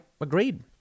agreed